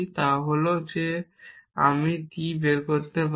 তা হল যে আমি T বের করতে পারি